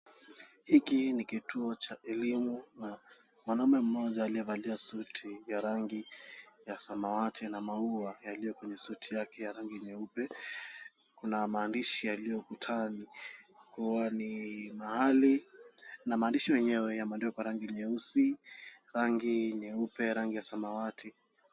Hiki ni kituo cha elimu na mwanaume mmoja aliyevalia suti ya rangi ya samawati ana maua yaliyo kwenye suti yake ya rangi ya nyeupe. Kuna maandishi yaliyo ukutani kuwa ni mahali na maandishi yenyewe yameandikwa kwa rangi nyeusi, rangi nyeupe na rangi ya samawati.